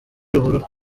ruhurura